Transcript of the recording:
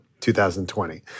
2020